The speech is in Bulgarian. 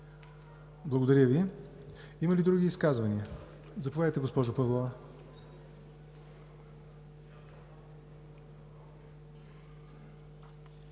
Благодаря Ви. Има ли други изказвания? Заповядайте, госпожо Павлова,